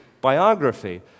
biography